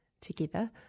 together